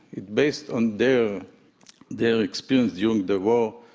it's based on their their experience during the war,